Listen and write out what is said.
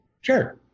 sure